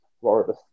Florida